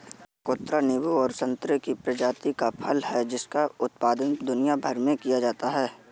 चकोतरा नींबू और संतरे की प्रजाति का फल है जिसका उत्पादन दुनिया भर में किया जाता है